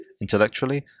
intellectually